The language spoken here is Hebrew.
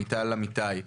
מיטל אמיתי,